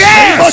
Yes